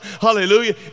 Hallelujah